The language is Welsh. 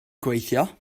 gweithio